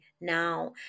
now